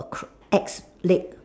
cr~ X leg